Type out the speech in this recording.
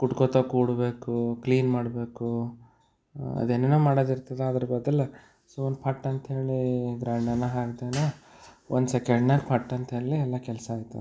ಕುಟ್ಕೊಳ್ತಾ ಕೂರ್ಬೇಕು ಕ್ಲೀನ್ ಮಾಡಬೇಕು ಅದೇನೇನೋ ಮಾಡೋದಿರ್ತದೆ ಅದರ ಬದಲು ಸುಮ್ನೆ ಪಟ್ ಅಂತ ಹೇಳಿ ಗ್ರ್ಯಾಂಡರ್ನಾಗ ಹಾಕ್ದಂದ್ರೆ ಒಂದು ಸೆಕೆಂಡ್ನಾಗ ಫಟ್ ಅಂತ ಅಲ್ಲೇ ಎಲ್ಲ ಕೆಲಸ ಆಯ್ತದ